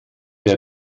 der